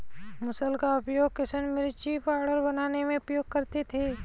मुसल का उपयोग किसान मिर्ची का पाउडर बनाने में उपयोग करते थे